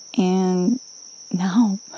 and now